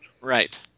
Right